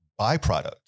byproduct